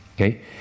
Okay